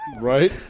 Right